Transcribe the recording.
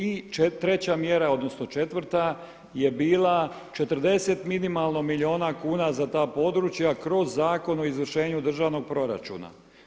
I treća mjera, odnosno četvrta je bila 40 minimalno milijuna kuna za ta područja kroz Zakon o izvršenju državnog proračuna.